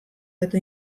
eta